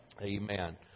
Amen